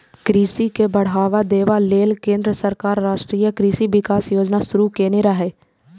कृषि के बढ़ावा देबा लेल केंद्र सरकार राष्ट्रीय कृषि विकास योजना शुरू केने रहै